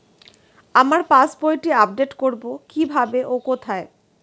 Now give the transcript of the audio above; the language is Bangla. আমার পাস বইটি আপ্ডেট কোরবো কীভাবে ও কোথায়?